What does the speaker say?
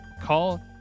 Call